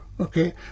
okay